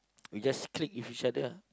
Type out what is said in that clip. we just click with each other ah